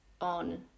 on